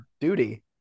duty